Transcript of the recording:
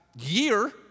year